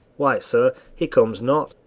why, sir, he comes not.